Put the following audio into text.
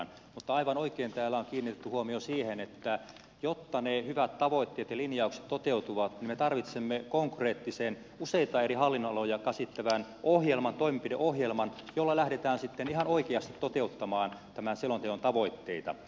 mutta aivan oikein täällä on kiinnitetty huomio siihen että jotta ne hyvät tavoitteet ja linjaukset toteutuvat me tarvitsemme useita eri hallinnonaloja käsittävän konkreettisen ohjelman toimenpideohjelman jolla lähdetään sitten ihan oikeasti toteuttamaan tämän selonteon tavoitteita